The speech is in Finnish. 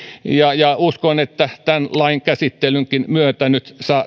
uskon että tämän lain käsittelynkin myötä nyt